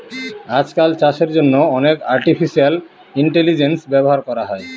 আজকাল চাষের জন্য অনেক আর্টিফিশিয়াল ইন্টেলিজেন্স ব্যবহার করা হয়